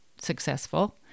successful